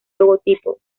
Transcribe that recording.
logotipo